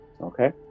Okay